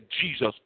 Jesus